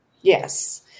Yes